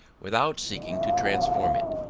without seeking to transform it.